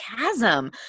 chasm